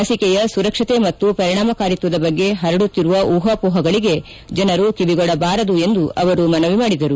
ಲಸಿಕೆಯ ಸುರಕ್ಷತೆ ಮತ್ತು ಪರಿಣಾಮಕಾರಿತ್ವದ ಬಗ್ಗೆ ಹರಡುತ್ತಿರುವ ಊಹಾಪೋಹಗಳಿಗೆ ಜನರು ಕಿವಿಗೊಡಬಾರದು ಎಂದು ಅವರು ಮನವಿ ಮಾಡಿದರು